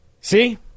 See